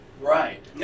Right